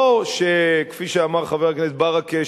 לא כפי שאמר חבר הכנסת ברכה,